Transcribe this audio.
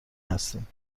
هستیم